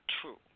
true